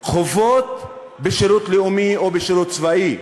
זכויות בשירות לאומי או בשירות צבאי.